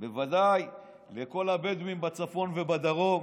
בוודאי, לכל הבדואים בצפון ובדרום,